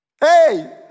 hey